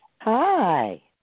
Hi